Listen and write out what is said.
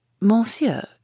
Monsieur